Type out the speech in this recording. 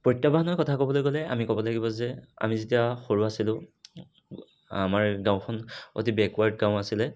প্ৰত্য়াহ্বানৰ কথা ক'বলৈ গ'লে আমি ক'ব লাগিব যে আমি যেতিয়া সৰু আছিলো আমাৰ গাঁওখন অতি বেকৱাৰ্ড গাঁও আছিলে